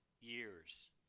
years